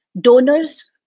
donors